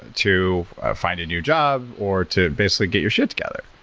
to find a new job or to basically get your shit together,